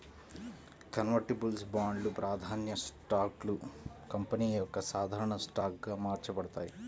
convertibles బాండ్లు, ప్రాధాన్య స్టాక్లు కంపెనీ యొక్క సాధారణ స్టాక్గా మార్చబడతాయి